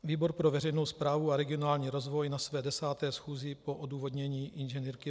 Výbor pro veřejnou správu a regionální rozvoj na své 10. schůzi po odůvodnění Ing.